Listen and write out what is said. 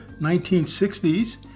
1960s